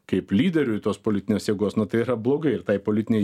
kaip lyderiui tos politinės jėgos nu tai yra blogai ir tai politinei